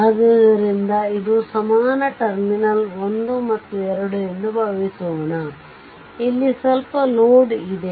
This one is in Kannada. ಆದ್ದರಿಂದ ಇದು ಸಮಾನ ಟರ್ಮಿನಲ್ 1 ಮತ್ತು 2 ಎಂದು ಭಾವಿಸೋಣ ಇಲ್ಲಿ ಸ್ವಲ್ಪ ಲೋಡ್ ಇದೆ